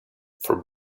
for